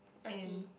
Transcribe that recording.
okay